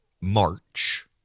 March